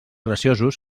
graciosos